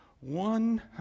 one